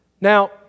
Now